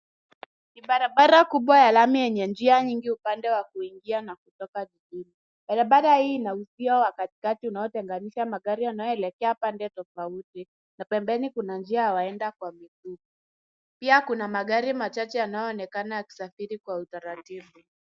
Ni barabara kubwa ya lami yenye njia nyingi upande wa kuingia na kutoka jijini . Barabara hii ina uzio wa katikati unaotenganisha magari yanayoelekea pande tofauti na pembeni kuna njia ya waenda kwa miguu. Pia kuna magari machache yanayoonekana yakisafiri kwa utaratibu.